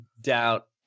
doubt